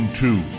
two